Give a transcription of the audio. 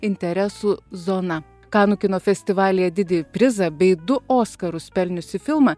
interesų zona kanų kino festivalyje didįjį prizą bei du oskarus pelniusį filmą